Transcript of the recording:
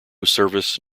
service